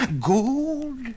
Gold